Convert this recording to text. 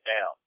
down